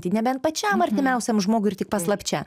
tai nebent pačiam artimiausiam žmogui ir tik paslapčia